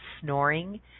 snoring